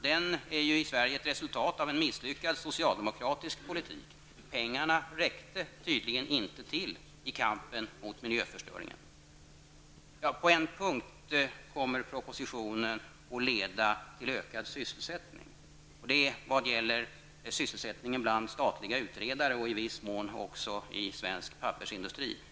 Den är ju i Sverige ett resultat av en misslyckad socialdemokratisk politik. Pengarna räckte tydligen inte till i kampen mot miljöförstöringen. På en punkt kommer propositionen att leda till ökad sysselsättning. Det gäller sysselsättningen bland statliga utredare och i viss mån i den svenska pappersindustrin.